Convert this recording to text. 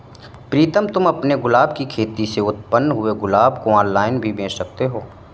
प्रीतम तुम अपने गुलाब की खेती से उत्पन्न हुए गुलाब को ऑनलाइन भी बेंच सकते हो